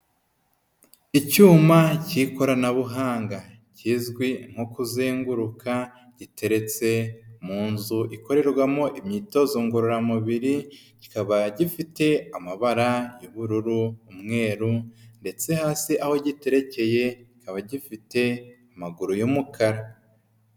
Icyuma cy'ikoranabuhanga kizwi nko kuzenguruka giteretse mu inzu ikorerwamo imyitozo ngororamubiri, kikaba gifite amabara y'ubururu, umweru ndetse hasi aho giterekeye abagifite amaguru y'umukara.